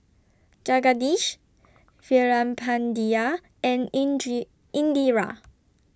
Jagadish Veerapandiya and Indira